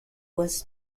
was